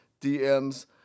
DMs